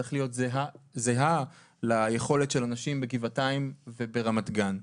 צריכה להיות זהה ליכולת של אנשים בגבעתיים וברמת גן.